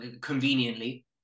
conveniently